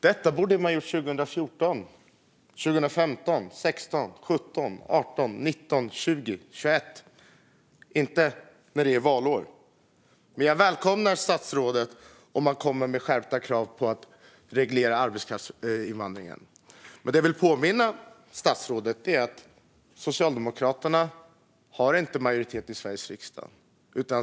Detta borde man ha gjort 2014, 2015, 2016, 2017, 2018, 2019, 2020 och 2021 - inte när det är valår. Om statsrådet kommer med skärpta krav för att reglera arbetskraftsinvandringen välkomnar jag det. Vad jag vill påminna statsrådet om är att Socialdemokraterna inte har majoritet i Sveriges riksdag.